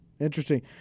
interesting